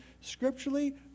scripturally